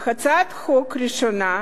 בהצעת החוק הראשונה,